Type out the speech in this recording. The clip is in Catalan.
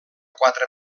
quatre